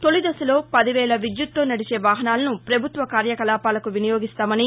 తొలి దశలో పదివేల విద్యుత్తు తో నడిచే వాహనాలను పభుత్వ కార్యకలాపాలకు వినియోగిస్తామని